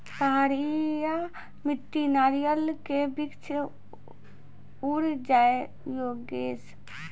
पहाड़िया मिट्टी नारियल के वृक्ष उड़ जाय योगेश?